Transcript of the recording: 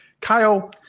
Kyle